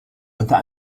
unter